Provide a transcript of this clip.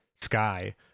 Sky